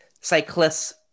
cyclists